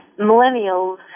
millennials